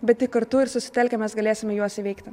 bet tik kartu ir susitelkę mes galėsime juos įveikti